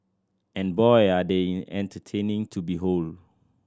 and boy are they entertaining to behold